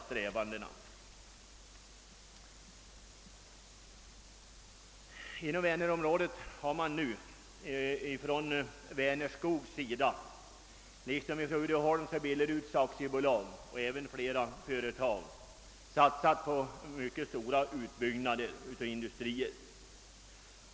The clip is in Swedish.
Företag inom Vänerområdet, t.ex. Vänerskog, Uddeholm, Billerudsbolagen m.fl., har satsat mycket på stora utbyggnader av industrierna.